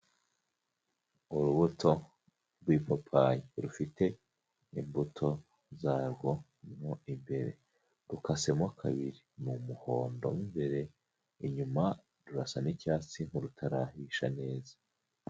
Urubuto rw'ipapayi rufite imbuto zarwo mo imbere, rukasemo kabiri, ni umuhondo mo imbere, inyuma rurasa n'icyatsi ariko rutarahisha neza.